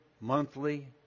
monthly